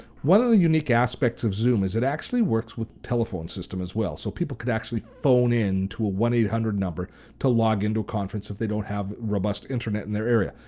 one of the unique aspects of zoom is it actually works with a telephone system as well. so people could actually phone in to a one eight hundred number to log into a conference if they don't have robust internet in their area.